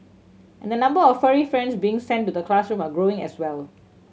and the number of furry friends being sent to the classroom are growing as well